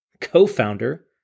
co-founder